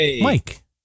Mike